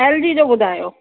LG जो ॿुधायो